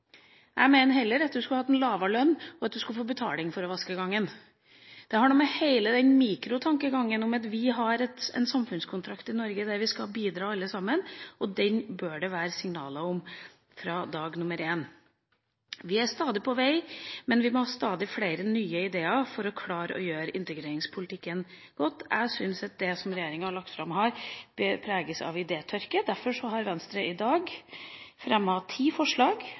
Jeg mener heller at man skulle hatt lavere lønn og fått betaling for å vaske gangen. Det har noe med hele den mikrotankegangen å gjøre, at vi har en samfunnskontrakt i Norge der vi alle sammen skal bidra, og den bør det være signal om fra dag én. Vi er stadig på vei, men vi må ha flere nye ideer for å klare å gjøre integreringspolitikken god. Jeg syns at det regjeringa har lagt fram, preges av idétørke, derfor har Venstre i dag fremmet elleve forslag,